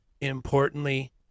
importantly